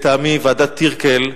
לטעמי ועדת טירקל,